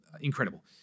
incredible